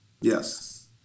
Yes